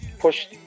push